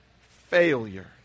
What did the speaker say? failure